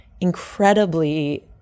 incredibly